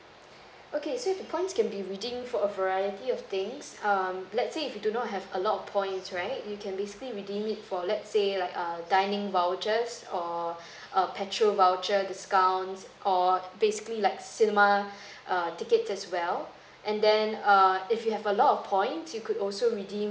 okay so the points can be redeem or a variety of things um let's say if you do not have a lot of points right you can basically redeem it for let's say like uh dining vouchers or uh petrol voucher discounts or basically like cinema err tickets as well and then err if you have a lot of points you could also redeem